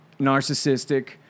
narcissistic